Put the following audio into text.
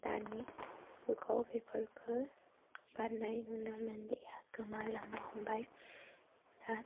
दानि जुगाव बेफोरखौ गाननाय नुनो मोनलिया गोमालांनो हमबाय दा